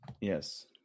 Yes